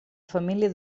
família